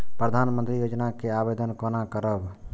प्रधानमंत्री योजना के आवेदन कोना करब?